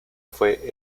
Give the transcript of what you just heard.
fue